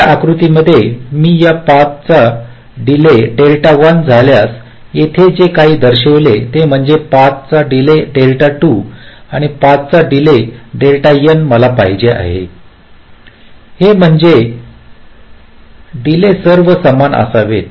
या आकृती मध्ये मी या पाथ चा डीले झाल्यास येथे जे काही दर्शविले ते म्हणजे या पाथ चा डीले आणि या पाथ चा डीले मला पाहिजे आहे ते म्हणजे हे डीले सर्व समान असावेत